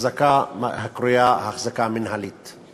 החזקה הקרויה "החזקה מינהלית";